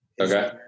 okay